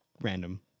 random